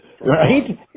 Right